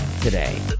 today